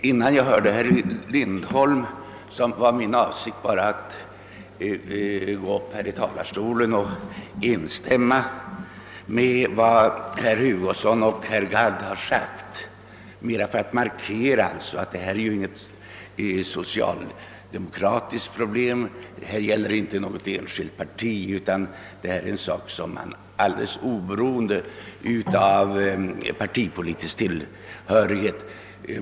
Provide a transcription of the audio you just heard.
Innan jag hörde herr Lindholm var min avsikt bara att gå upp här i talarstolen och instämma med herr Hugosson och herr Gadd närmast för att markera att vad vi diskuterar inte gäller något speciellt socialdemokratiskt problem, att det inte gäller något enskilt parti utan är något som man måste intressera sig för alldeles oberoende av partitillhörighet.